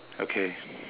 okay